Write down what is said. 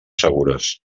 segures